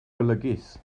golygus